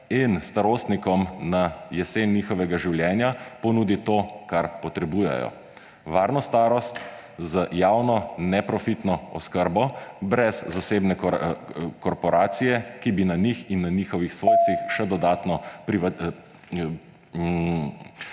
in starostnikom na jesen njihovega življenja ponudi to, kar potrebujejo – varno starost z javno neprofitno oskrbo, brez zasebne korporacije, ki bi na njih in na njihovih svojcih še dodatno